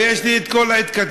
ויש לי את כל ההתכתבויות,